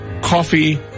coffee